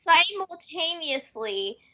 simultaneously